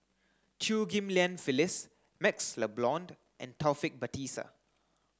Chew Ghim Lian Phyllis MaxLe Blond and Taufik Batisah